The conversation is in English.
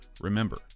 Remember